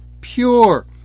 pure